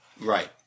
Right